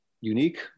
unique